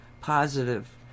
positive